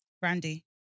Brandy